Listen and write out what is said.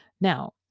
Now